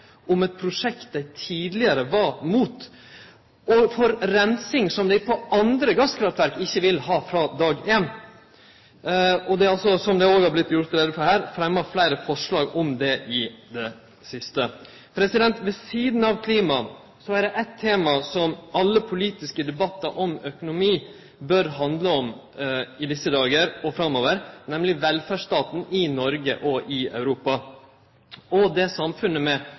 om eit prosjekt dei tidlegare var mot – og for reinsing, som dei på andre gasskraftverk ikkje vil ha frå dag éin. Det er altså, som det òg har vorte gjort greie for her, fremma fleire forslag om det i det siste. Ved sidan av klima er det eitt tema som alle politiske debattar om økonomi bør handle om i desse dagar og framover, nemleg velferdsstaten i Noreg og i Europa. Og det er samfunn med